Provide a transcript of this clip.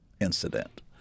incident